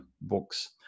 books